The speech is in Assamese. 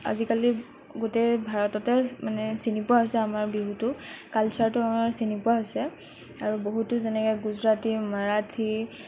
আজিকালি গোটেই ভাৰততে মানে চিনি পোৱা হৈছে আমাৰ বিহুটো কালচাৰটো আমাৰ চিনি পোৱা হৈছে আৰু বহুতো যেনেকৈ গুজৰাটী মাৰাঠী